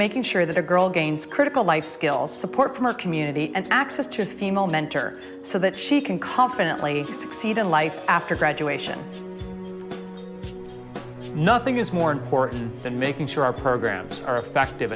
making sure that a girl gains critical life skills support from our community and access to a female mentor so that she can confidently succeed in life after graduation nothing is more important than making sure our programs are effective